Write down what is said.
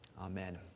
amen